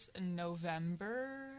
November